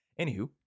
Anywho